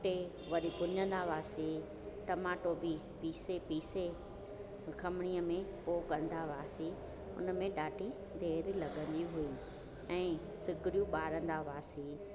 कुटे वरी भुञंदा हुआसीं टमाटो बि पीसे पीसे खमणीअ में पोइ कंदा हुआसीं उनमें ॾाढी देरि लॻंदी हुई ऐं सिगड़ियूं ॿारींदा हुआसीं